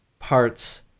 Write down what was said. parts